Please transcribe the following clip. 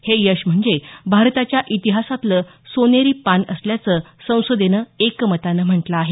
हे यश म्हणजे भारताच्या इतिहासातलं सोनेरी पान असल्याचं संसदेनं एकमतानं म्हटलं आहे